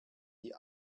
die